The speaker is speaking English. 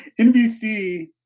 NBC